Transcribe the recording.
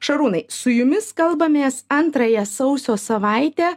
šarūnai su jumis kalbamės antrąją sausio savaitę